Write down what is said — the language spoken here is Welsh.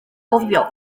gofio